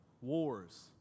wars